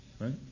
right